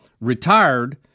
retired